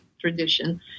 tradition